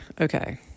okay